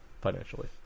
financially